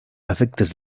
efectes